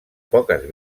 poques